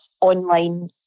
online